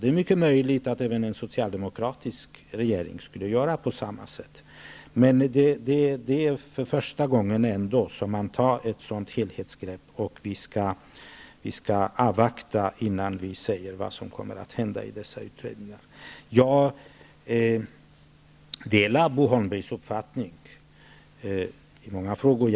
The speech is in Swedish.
Det är mycket möjligt att även en socialdemokratisk regering skulle göra på samma sätt. Men det är ändock första gången man tar ett sådant helhetsgrepp, och vi avvaktar dessa utredningar innan vi säger vad som kommer att hända. Jag delar Bo Holmbergs uppfattning i många frågor.